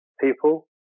people